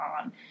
on